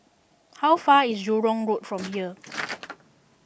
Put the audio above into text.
how far away is Jurong Road from here